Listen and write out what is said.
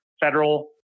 federal